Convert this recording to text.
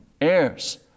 Heirs